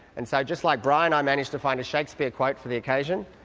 and so just like bryan i managed to find a shakespeare quote for the occasion,